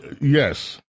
Yes